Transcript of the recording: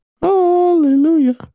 hallelujah